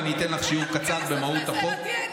ואני אתן שיעור קצר במהות החוק,